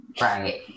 Right